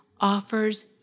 offers